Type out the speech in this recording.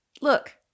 Look